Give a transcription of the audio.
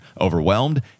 Overwhelmed